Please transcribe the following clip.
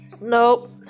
Nope